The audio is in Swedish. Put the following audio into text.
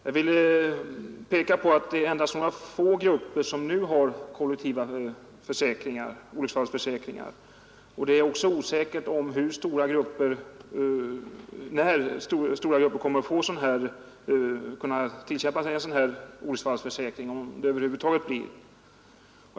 Jag vill peka på att det endast är några få grupper som nu har kollektiva olycksfallsförsäkringar. Det är också osäkert när stora grupper kommer att kunna tillkämpa sig en sådan olycksfallsförsäkring — om de någonsin kan göra det.